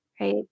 right